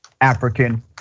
African